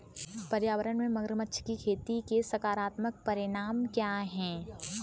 पर्यावरण में मगरमच्छ की खेती के सकारात्मक परिणाम क्या हैं?